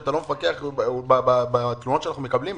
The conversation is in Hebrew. שאתה לא מפקח בתלונות שאנחנו מקבלים,